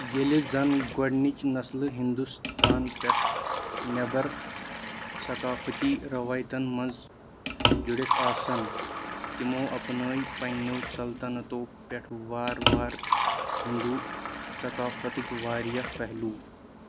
ییٚلہِ زَن گۄڈنِچ نسلہٕ ہِنٛدوٗستان پٮ۪ٹھ نٮ۪بر ثقافتی رِوایتن منٛز جُڑتھ آسَن تِمَو اپنٲے پنٕنٮ۪و سلطنتو پٮ۪ٹھ وارٕ وارٕ ہِنٛدوٗ ثقافتٕکۍ واریاہ پہلوٗ